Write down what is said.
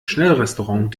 schnellrestaurant